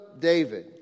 David